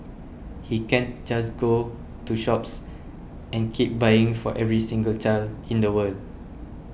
he can't just go to shops and keep buying for every single child in the world